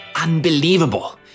Unbelievable